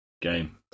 game